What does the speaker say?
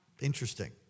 Interesting